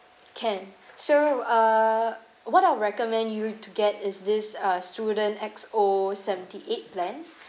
can so uh what I'll recommend you to get is this uh student X_O seventy eight plan